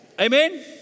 Amen